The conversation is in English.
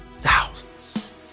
thousands